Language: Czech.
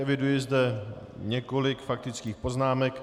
Eviduji zde několik faktických poznámek.